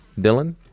Dylan